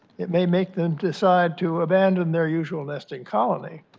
may make them decide to abandon their usual nesting colony.